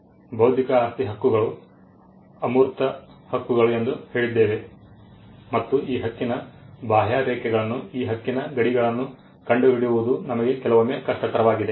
ಬೌದ್ಧಿಕ ಆಸ್ತಿ ಹಕ್ಕುಗಳು ಅಮೂರ್ತ ಹಕ್ಕುಗಳು ಎಂದು ಹೇಳಿದ್ದೇವೆ ಮತ್ತು ಈ ಹಕ್ಕಿನ ಬಾಹ್ಯರೇಖೆಗಳನ್ನು ಈ ಹಕ್ಕಿನ ಗಡಿಗಳನ್ನು ಕಂಡುಹಿಡಿಯುವುದು ನಮಗೆ ಕೆಲವೊಮ್ಮೆ ಕಷ್ಟಕರವಾಗಿದೆ